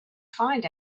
find